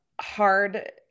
Hard